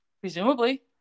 Presumably